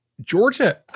Georgia